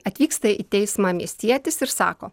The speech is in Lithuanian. atvyksta į teismą miestietis ir sako